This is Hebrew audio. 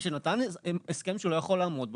שנתן הסכם שהוא לא יכול לעמוד בו,